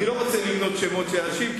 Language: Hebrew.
אני לא רוצה למנות שמות של אנשים,